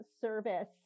service